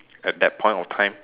at that point of time